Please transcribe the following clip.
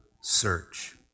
search